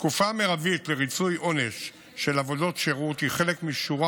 התקופה המרבית לריצוי עונש של עבודות שירות היא חלק משורה